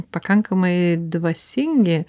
pakankamai dvasingi